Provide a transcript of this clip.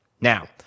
now